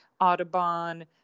Audubon